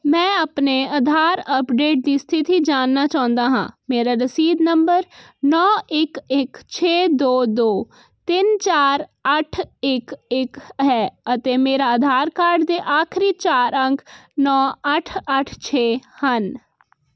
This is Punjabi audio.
ਮੈਂ ਆਪਣੇ ਆਧਾਰ ਅੱਪਡੇਟ ਦੀ ਸਥਿਤੀ ਜਾਣਨਾ ਚਾਹੁੰਦਾ ਹਾਂ ਮੇਰਾ ਰਸੀਦ ਨੰਬਰ ਨੌਂ ਇੱਕ ਇੱਕ ਛੇ ਦੋ ਦੋ ਤਿੰਨ ਚਾਰ ਅੱਠ ਇੱਕ ਇੱਕ ਹੈ ਅਤੇ ਮੇਰੇ ਆਧਾਰ ਕਾਰਡ ਦੇ ਆਖਰੀ ਚਾਰ ਅੰਕ ਨੌਂ ਅੱਠ ਅੱਠ ਛੇ ਹਨ